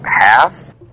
half